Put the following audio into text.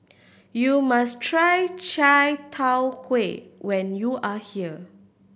you must try chai tow kway when you are here